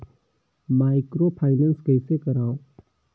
Microfinance कइसे करव?